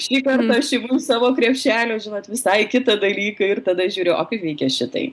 šįkart aš imu iš savo krepšelio žinot visai kitą dalyką ir tada žiūriu o kaip veikia šitai